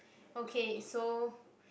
okay so